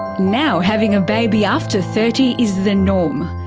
now having a baby after thirty is the norm,